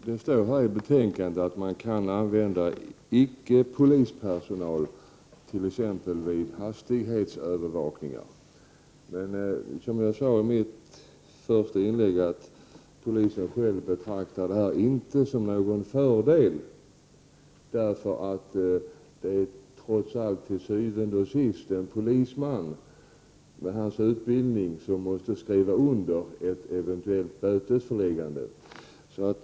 Fru talman! Det står i betänkandet att man t.ex. vid hastighetsövervakningar kan använda personal som saknar polisutbildning. Som jag sade i mitt första inlägg betraktar inte polisen detta som någon fördel, eftersom det trots allt och til syvende og sidst är en polisman med en polismans utbildning som måste skriva under ett eventuellt bötesföreläggande.